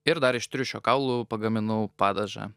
ir dar iš triušio kaulų pagaminau padažą